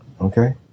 Okay